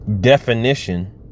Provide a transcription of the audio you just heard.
definition